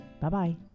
Bye-bye